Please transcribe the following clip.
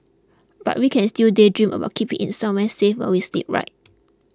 but we can still daydream about keeping it somewhere safe while we sleep right